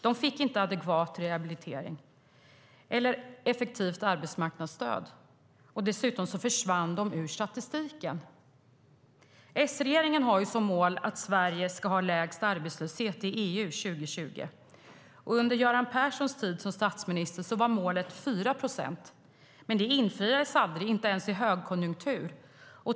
De fick inte adekvat rehabilitering eller effektivt arbetsmarknadsstöd. Dessutom försvann de ur statistiken. S-regeringen har som mål att Sverige år 2020 ska ha lägst arbetslöshet i EU. Under Göran Perssons tid som statsminister var målet 4 procent. Men det infriades aldrig, inte ens i högkonjunktur.